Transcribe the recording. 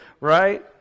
right